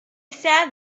sat